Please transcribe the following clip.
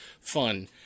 fun